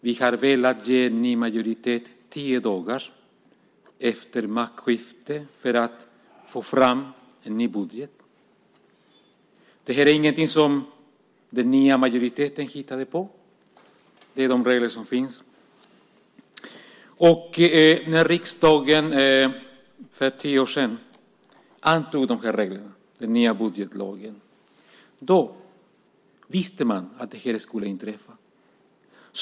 Vi har velat ge en ny majoritet tio dagar efter maktskiftet för att få fram en ny budget. Det här är ingenting som den nya majoriteten hittade på. Det är de regler som finns. När riksdagen för tio år sedan antog de här reglerna, den nya budgetlagen, visste man att det här skulle inträffa.